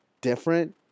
different